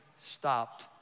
stopped